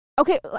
okay